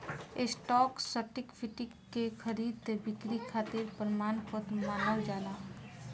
stock certificate के खरीद बिक्री खातिर प्रमाण पत्र मानल जाला